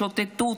שוטטות,